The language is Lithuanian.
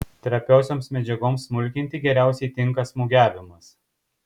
trapiosioms medžiagoms smulkinti geriausiai tinka smūgiavimas